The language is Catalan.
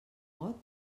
pot